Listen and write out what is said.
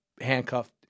handcuffed